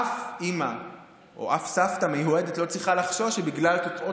אף אימא או אף סבתא מיועדת לא צריכה לחשוש שבגלל תוצאות